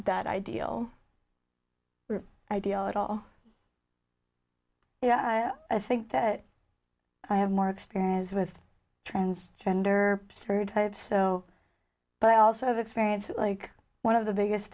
that ideal ideal at all i think that i have more experience with trans gender stereotypes oh but i also have experience like one of the biggest